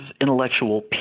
intellectual